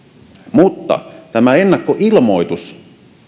mutta tämä ennakkoilmoitus